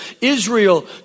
Israel